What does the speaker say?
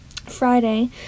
Friday